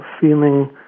feeling